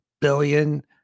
billion